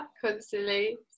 constantly